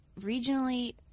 regionally